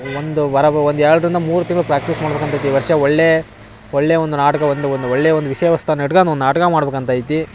ಒಂದು ವರೆಗು ಒಂದು ಎರಡರಿಂದ ಮೂರು ತಿಂಗ್ಳು ಪ್ರಾಕ್ಟೀಸ್ ಮಾಡ್ಬೇಕಂತಿತ್ತು ಈ ವರ್ಷ ಒಳ್ಳೆಯ ಒಳ್ಳೆಯ ಒಂದು ನಾಟಕ ಒಂದು ಒಂದು ಒಳ್ಳೆಯ ಒಂದು ವಿಷಯ ವಸ್ತುವನ್ನ ಇಟ್ಕೊಂಡು ಒಂದು ನಾಟಕ ಮಾಡಬೇಕಂತೈತಿ